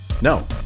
No